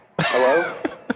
Hello